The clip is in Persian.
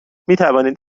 میتوانید